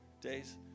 days